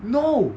no